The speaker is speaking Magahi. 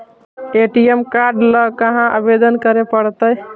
ए.टी.एम काड ल कहा आवेदन करे पड़तै?